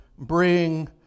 bring